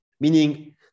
meaning